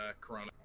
corona